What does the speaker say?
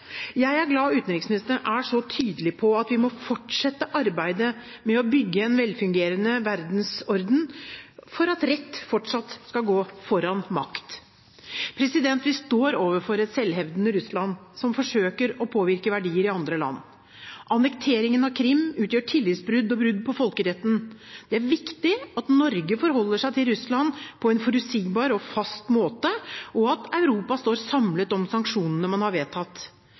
Jeg er glad utenriksministeren er så tydelig på at vi må fortsette arbeidet med å bygge en velfungerende verdensorden – for at rett fortsatt skal gå foran makt. Vi står overfor et selvhevdende Russland som forsøker å påvirke verdier i andre land. Annekteringen av Krim utgjør tillitsbrudd og brudd på folkeretten. Det er viktig at Norge forholder seg til Russland på en forutsigbar og fast måte, og at Europa står samlet om sanksjonene man har vedtatt.